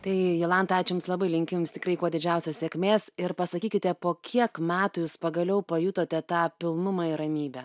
tai jolanta ačiū jums labai linkiu jums tikrai kuo didžiausios sėkmės ir pasakykite po kiek metų jūs pagaliau pajutote tą pilnumą ir ramybę